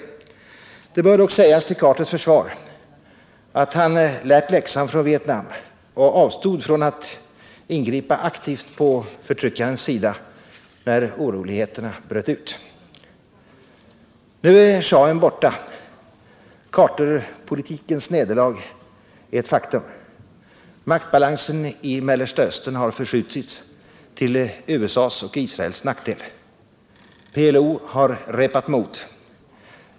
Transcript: Det bör dock sägas till Carters försvar att han lärt läxan från Vietnam och avstod från att ingripa aktivt på förtryckarnas sida när oroligheterna bröt ut. Nu är schahen borta. Carterpolitikens nederlag är ett faktum. Maktbalansen i Mellersta Östern har förskjutits till USA:s och Israels nackdel. PLO har repat mod.